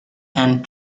and